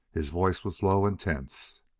his voice was low and tense.